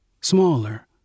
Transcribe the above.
smaller